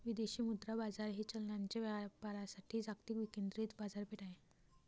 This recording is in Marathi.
विदेशी मुद्रा बाजार हे चलनांच्या व्यापारासाठी जागतिक विकेंद्रित बाजारपेठ आहे